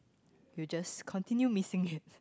you just continue missing it